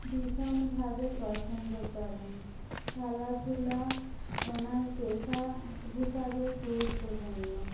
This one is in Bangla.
ভীষণভাবে পছন্দ করেন খেলাধূলা ওনার পেশা হিসাবে গুরুত্বপূর্ণ